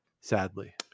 sadly